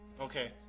Okay